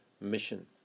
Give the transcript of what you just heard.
mission